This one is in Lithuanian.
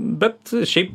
bet šiaip